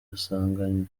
asanganywe